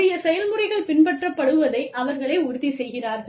உரியச் செயல்முறைகள் பின்பற்றப்படுவதை அவர்களே உறுதி செய்கிறார்கள்